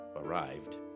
arrived